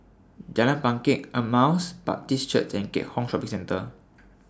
Jalan Bangket Emmaus Baptist Church and Keat Hong Shopping Centre